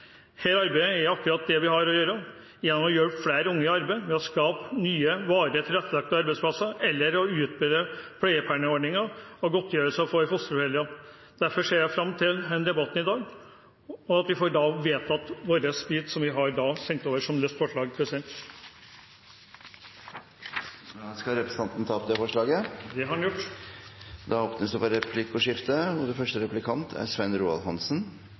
arbeidet er akkurat det vi har å gjøre – gjennom å hjelpe flere unge i arbeid, ved å skape nye varig tilrettelagte arbeidsplasser eller ved å utbedre pleiepengeordningen og godtgjørelser for fosterforeldre. Derfor ser jeg fram til denne debatten og til å få vedtatt vårt forslag. Jeg tar opp Venstres forslag. Representanten André N. Skjelstad har tatt opp det forslaget han refererte til. Det blir replikkordskifte. Det